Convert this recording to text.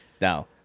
now